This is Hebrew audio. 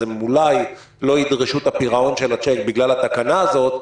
אז הם אולי לא ידרשו את הפירעון של הצ'ק בגלל התקנה הזאת,